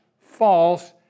false